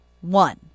one